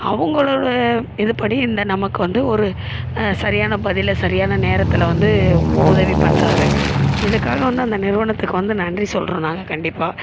அவங்களுடைய இதுப்படி இந்த நமக்கு வந்து ஒரு சரியான பதிலை சரியான நேரத்தில் வந்து உதவி பண்ணுறாங்க இதற்காக வந்து அந்த நிறுவனத்துக்கு வந்து நன்றி சொல்கிறோம் நாங்க கண்டிப்பாக